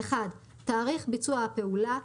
תאריך ביצוע הפעולה,